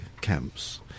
camps